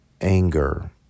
anger